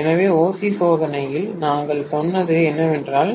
எனவே OC சோதனையில் நாங்கள் சொன்னது என்னவென்றால்